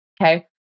Okay